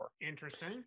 Interesting